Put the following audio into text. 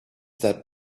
that